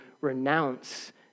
renounce